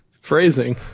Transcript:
phrasing